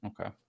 Okay